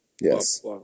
Yes